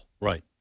right